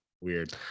weird